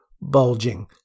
bulging